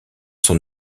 son